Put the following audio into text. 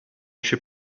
się